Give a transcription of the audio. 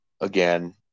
again